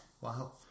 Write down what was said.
Wow